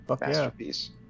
Masterpiece